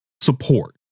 support